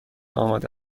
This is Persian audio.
آماده